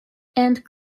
and